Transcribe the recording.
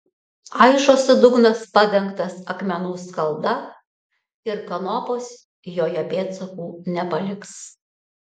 aižosi dugnas padengtas akmenų skalda ir kanopos joje pėdsakų nepaliks